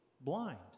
blind